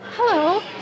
hello